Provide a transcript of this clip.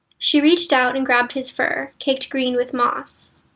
she reached out and grabbed his fur, caked green with moss.